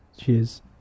Cheers